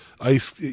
Ice